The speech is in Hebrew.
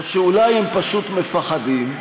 או שאולי הם פשוט מפחדים?